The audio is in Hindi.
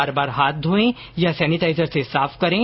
बार बार हाथ धोए या सेनेटाइजर से साफ करें